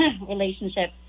relationship